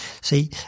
See